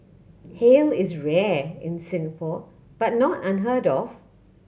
hail is rare in Singapore but not unheard of